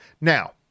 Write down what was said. Now